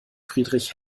friedrich